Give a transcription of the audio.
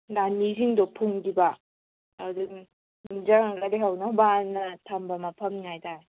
ꯂꯥꯟꯃꯤꯁꯤꯡꯗꯣ ꯐꯨꯝꯈꯤꯕ ꯑꯗꯨꯅ ꯅꯤꯁꯤꯡꯂꯒ ꯂꯧꯍꯧꯅꯕꯅ ꯊꯝꯕ ꯃꯐꯝꯅꯤ ꯍꯥꯏꯇꯔꯦ